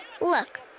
Look